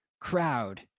crowd